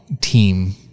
team